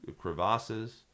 crevasses